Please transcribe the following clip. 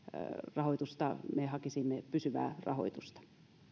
rahoitusta me hakisimme pysyvää rahoitusta